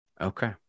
Okay